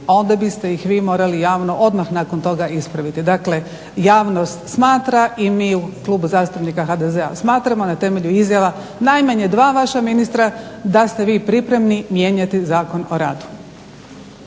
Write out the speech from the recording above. onda biste ih vi morali javno odmah nakon toga ispraviti. Dakle, javnost smatra i mi u Klubu zastupnika HDZ-a smatramo na temelju izjava najmanje dva vaša ministra da ste vi pripremni mijenjati Zakon o radu.